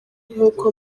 nkuko